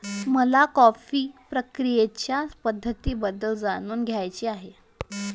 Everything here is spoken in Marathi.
मला कॉफी प्रक्रियेच्या पद्धतींबद्दल जाणून घ्यायचे आहे